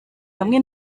bamwe